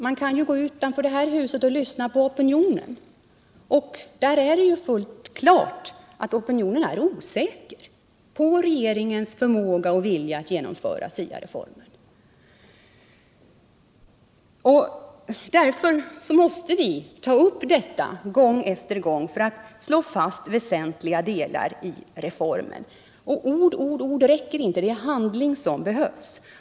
Man kan ju gå utanför det här huset och lyssna på opinionen. Det är fullt klart att opinionen är osäker på regeringens förmåga och vilja att genomföra SIA-reformen. Därför måste vi gång efter gång ta upp SIA-frågorna för att slå fast väsentliga delar i reformen. Ord räcker inte — det är handling som behövs.